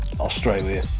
australia